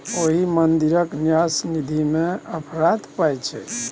ओहि मंदिरक न्यास निधिमे अफरात पाय छै